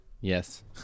Yes